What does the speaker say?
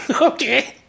okay